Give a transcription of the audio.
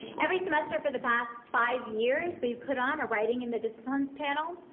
every semester for the past five years, we've put on a writing in the disciplines panel.